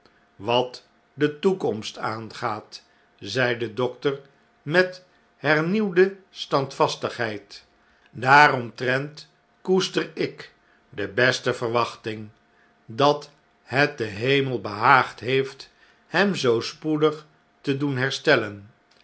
wat de toekomst aangaat zei de dokter met hernieuwde stand vastigheid daaromtrent koester ik de beste verwachting daar het den hemel behaagd heeft hem zoo spoedig te doen herstellen